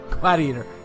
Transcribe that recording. Gladiator